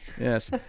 Yes